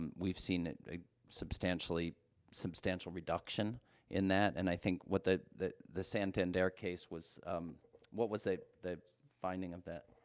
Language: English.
and we've seen a substantially substantial reduction in that. and i think what the the the santander case was, um what was, ah, the finding of that?